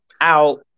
out